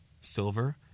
silver